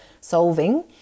solving